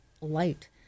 light